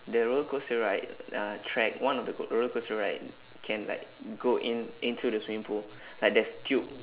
the rollercoaster right uh track one of the co~ rollercoaster right can like go in into the swimming pool like there's tube